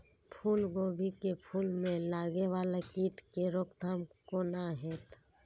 फुल गोभी के फुल में लागे वाला कीट के रोकथाम कौना हैत?